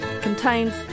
contains